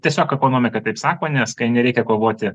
tiesiog ekonomika taip sako nes kai nereikia kovoti